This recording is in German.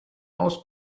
maus